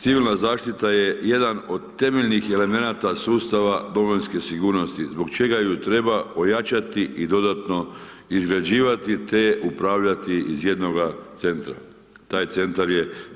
Civilna zaštita je jedan od temeljnih elemenata sustava domovinske sigurnosti zbog čega ju treba ojačati i dodatno izgrađivati te upravljati iz jednoga centra, taj centar je MUP.